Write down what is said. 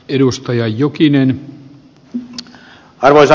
arvoisa herra puhemies